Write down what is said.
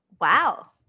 Wow